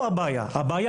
היכן הבעיה.